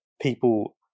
people